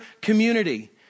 community